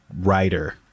writer